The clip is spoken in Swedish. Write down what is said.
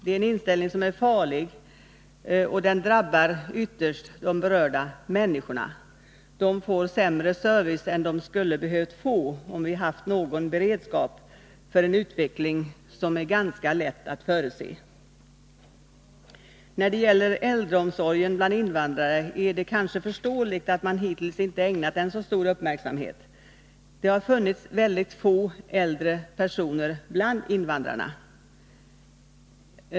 Det är en inställning som är farlig, och den drabbar ytterst de berörda människorna. De får sämre service än de skulle behövt få, om vi hade haft någon beredskap för en utveckling som har varit ganska lätt att förutse. Det är kanske förståeligt att man hittills inte har ägnat äldreomsorgen 67 bland invandrarna så stor uppmärksamhet. Det har funnits mycket få äldre personer bland invandrarna.